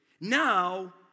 Now